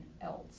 else